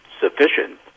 sufficient